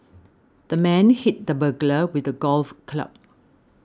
the man hit the burglar with a golf club